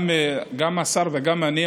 גם השר וגם אני,